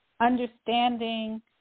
understanding